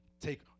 take